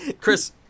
chris